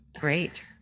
Great